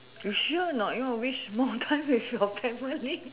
you sure or not you want to wish more time with your family